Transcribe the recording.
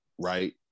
right